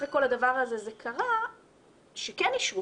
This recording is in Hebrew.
אחרי כל הדבר הזה זה קרה שכן אישרו,